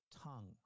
tongue